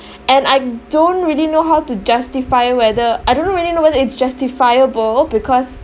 and I don't really know how to justify whether I don't really know whether it's justifiable because